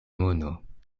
mono